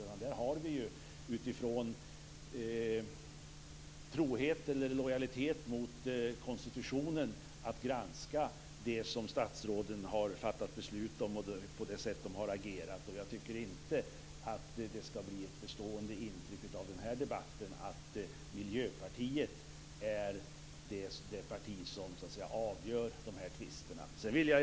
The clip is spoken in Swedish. Där har vi att utifrån trohet eller lojalitet till konstitutionen granska det som statsråden har fattat beslut om och det sätt på vilket de agerat. Jag tycker inte att det ska bli ett bestående intryck av den här debatten att Miljöpartiet är det parti som avgör tvisterna. Fru talman!